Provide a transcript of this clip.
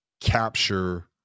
capture